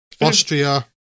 Austria